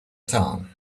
town